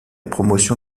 promotion